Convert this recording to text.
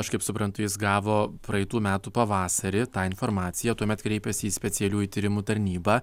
aš kaip suprantu jis gavo praeitų metų pavasarį tą informaciją tuomet kreipėsi į specialiųjų tyrimų tarnybą